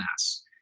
mass